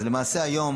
אז למעשה, היום